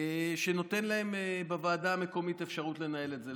שנותן להם בוועדה המקומית אפשרות לנהל את זה,